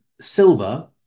silver